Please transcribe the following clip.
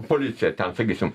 policiją ten sakysim